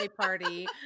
party